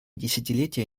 десятилетия